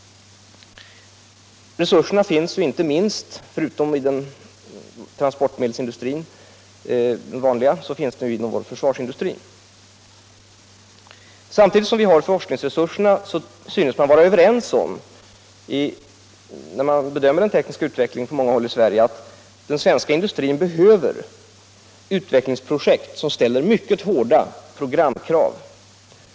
Förutom inom den vanliga transportmedelsindustrin finns resurserna också inom försvarsindustrin. Vi har som sagt forskningsresurserna, och på många håll i landet synes man också vid bedömningen av den tekniska utvecklingen vara överens om att den svenska industrin behöver utvecklingsprojekt som ställer mycket hårda programkrav.